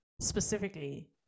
specifically